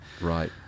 right